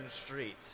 Street